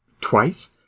twice